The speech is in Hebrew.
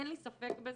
אין לי ספק בזה.